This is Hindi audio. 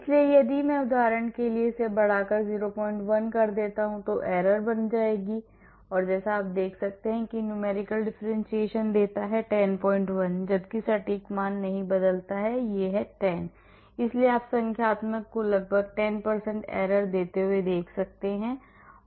इसलिए यदि मैं उदाहरण के लिए इसे बढ़ाकर 01 कर देता हूं तो error बन गई है जैसा कि आप देख सकते हैं कि numerical differentiation देता है 101 जबकि सटीक मान नहीं बदलता है यह 10 है इसलिए आप संख्यात्मक को लगभग 10 error देते हुए देख सकते हैं